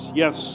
yes